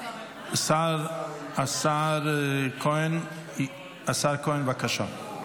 השר כהן, בבקשה.